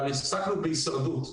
אבל עסקנו בהישרדות.